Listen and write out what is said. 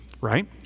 right